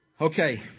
Okay